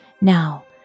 Now